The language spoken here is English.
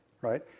right